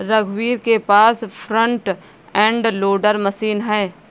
रघुवीर के पास फ्रंट एंड लोडर मशीन है